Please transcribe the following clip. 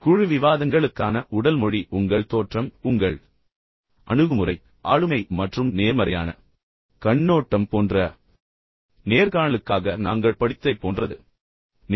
குழு விவாதங்களுக்கான உடல் மொழி உங்கள் தோற்றம் உங்கள் அணுகுமுறை ஆளுமை மற்றும் நேர்மறையான கண்ணோட்டம் போன்ற நேர்காணலுக்காக நாங்கள் படித்ததைப் போன்றது என்று நான் கூறி தொடங்கினேன்